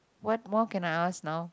what more can I ask now